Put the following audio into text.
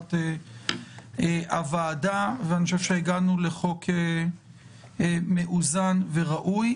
בקשת הוועדה ואני חושב שהגענו לחוק מאוזן וראוי.